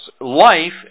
life